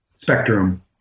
spectrum